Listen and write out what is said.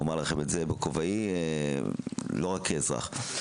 אומר לכם את זה בכובעי, לא רק כאזרח.